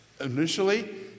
Initially